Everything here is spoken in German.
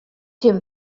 dem